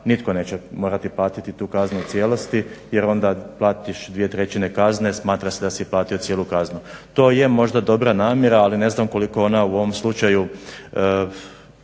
nitko neće morati platiti tu kaznu u cijelosti, jer onda platiš 2/3 kazne smatra se da si platio cijelu kaznu. To je možda dobra namjera, ali ne znam koliko je ona u ovom slučaju